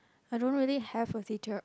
I don't really have a teacher